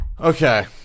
Okay